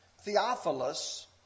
Theophilus